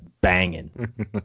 banging